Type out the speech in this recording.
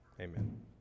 amen